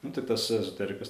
nu tai tas ezoterikas